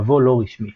מבוא לא רשמי